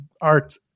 Art